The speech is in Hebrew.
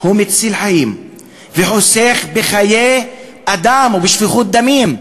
מציל חיים וחוסך בחיי אדם ובשפיכות דמים.